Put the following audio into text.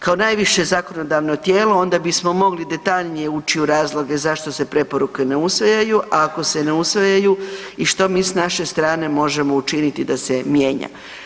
Kao najviše zakonodavno tijelo onda bismo mogli detaljnije ući u razloge zašto se preporuke ne usvajaju, a ako se ne usvajaju i što mi s naše strane možemo učiniti da se mijenja.